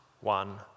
one